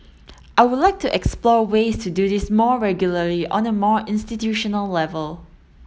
I would like to explore ways to do this more regularly on a more institutional level